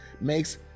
makes